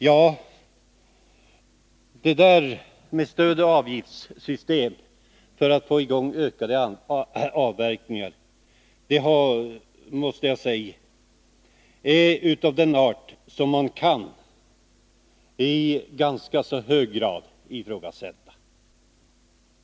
Jag måste säga att ett sådant system i hög grad kan ifrågasättas.